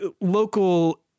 local